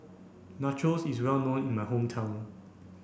Nachos is well known in my hometown